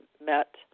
Met